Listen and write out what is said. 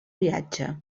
viatge